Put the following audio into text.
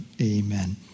Amen